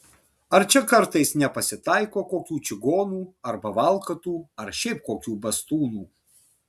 ar čia kartais nepasitaiko kokių čigonų arba valkatų ar šiaip kokių bastūnų